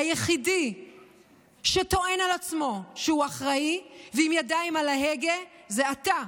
היחיד שטוען על עצמו שהוא אחראי ועם ידיים על ההגה זה אתה,